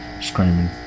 screaming